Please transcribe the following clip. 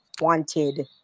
wanted